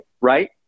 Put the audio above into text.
right